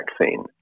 vaccine